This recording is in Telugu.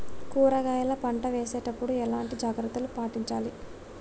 కూరగాయల పంట వేసినప్పుడు ఎలాంటి జాగ్రత్తలు పాటించాలి?